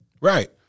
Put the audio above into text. Right